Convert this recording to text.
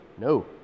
No